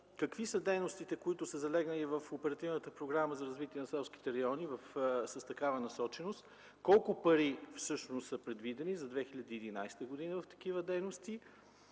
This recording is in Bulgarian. Какви са дейностите, които са залегнали в Оперативната програма за развитие на селските райони с такава насоченост? Колко пари всъщност са предвидени за 2011 г. в такива дейности?